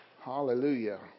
Hallelujah